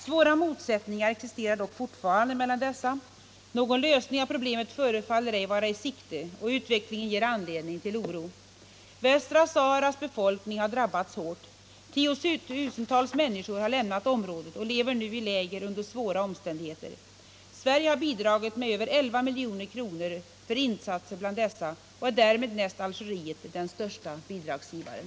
Svåra motsättningar existerar dock fortfarande mellan dessa. Någon lösning av problemet förefaller ej vara i sikte, och utvecklingen ger anledning till oro. Västra Saharas befolkning har drabbats hårt. Tiotusentals människor har lämnat området och lever nu i läger under svåra omständigheter. Sverige har bidragit med över 11 milj.kr. för insatser bland dessa och är därmed, näst Algeriet, den största bidragsgivaren.